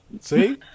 See